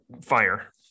fire